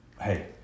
Hey